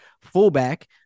fullback